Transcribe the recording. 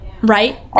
right